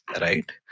Right